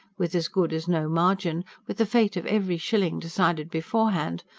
with as good as no margin, with the fate of every shilling decided beforehand,